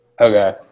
okay